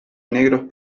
negros